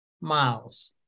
miles